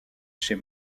chez